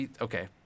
Okay